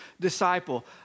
disciple